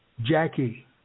Jackie